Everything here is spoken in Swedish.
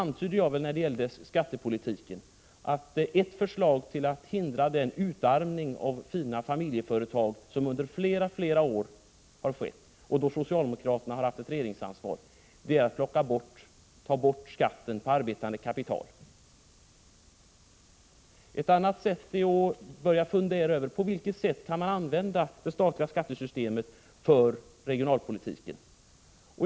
När det gäller skattepolitiken antydde jag då att ett förslag i syfte att hindra den utarmning av fina familjeföretag som har skett under flera år — när socialdemokraterna har haft regeringsansvaret — är att ta bort skatten på arbetande kapital. Ett annat sätt är att börja fundera över hur man kan använda det statliga skattesystemet när det gäller regionalpolitiken.